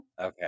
okay